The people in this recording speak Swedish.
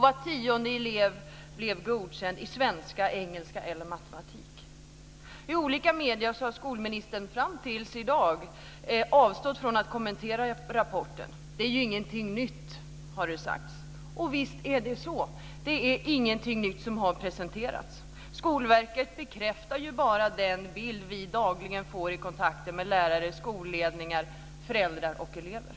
Var tionde elev blev godkänd i svenska, engelska eller matematik. Fram till i dag har skolministern avstått från att kommentera rapporten i olika medier. Det är ju ingenting nytt, har det sagts. Visst är det så, det är ingenting nytt som har presenterats. Skolverket bekräftar ju bara den bild som vi dagligen får i kontakten med lärare, skolledningar, föräldrar och elever.